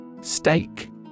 Steak